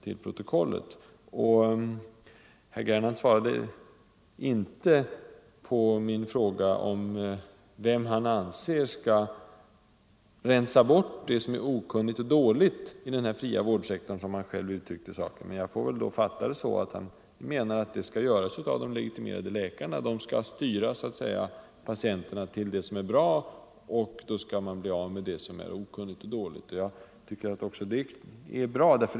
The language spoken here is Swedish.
Herr Gernandt svarade inte på min fråga om vem han anser skall rensa bort det som är ”okunnigt och dåligt” i den fria vårdsektorn, som han själv uttryckte saken. Jag får väl fatta det så att han menar att 41 det skall göras av de legitimerade läkarna. De skall så att säga styra patienterna till det som är bra, och då skulle man bli av med det som är okunnigt och dåligt.